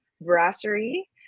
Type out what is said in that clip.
Brasserie